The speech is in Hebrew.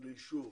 לאישור